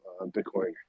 Bitcoin